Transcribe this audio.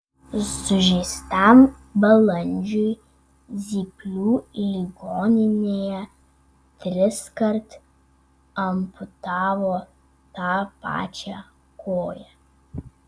sužeistam balandžiui zyplių ligoninėje triskart amputavo tą pačią koją